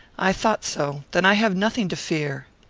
i thought so. then i have nothing to fear.